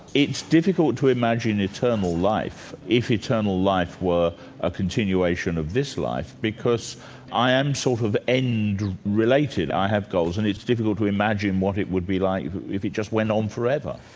it's difficult to imagine eternal life if eternal life were a continuation of this life, because i am sort of end-related, i have goals and it's difficult to imagine what it would be like if it just went on forever.